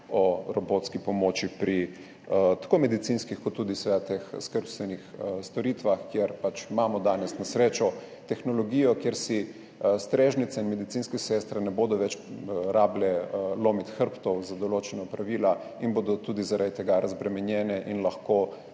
o robotski pomoči tako medicinskih kot tudi seveda teh skrbstvenih storitvah, kjer pač imamo danes na srečo tehnologijo, kjer si strežnicam in medicinskim sestram ne bo več treba lomiti hrbtov za določena opravila in bodo tudi zaradi tega razbremenjene in se